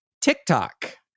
TikTok